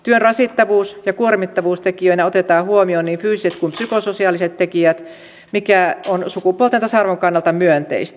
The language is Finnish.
työn rasittavuus ja kuormittavuustekijöinä otetaan huomioon niin fyysiset kuin psykososiaaliset tekijät mikä on sukupuolten tasa arvon kannalta myönteistä